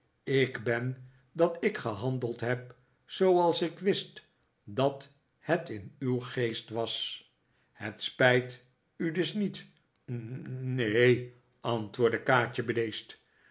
ik ben dat ik gehandeld heb zooals ik wist dat het in uw geest was het spijt u dus niet ne en antwoordde kaatje bedeesd